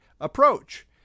approach